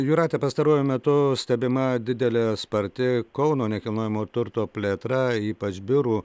jūrate pastaruoju metu stebima didelė sparti kauno nekilnojamojo turto plėtra ypač biurų